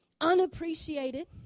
unappreciated